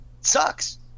sucks